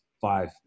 Five